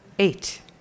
Eight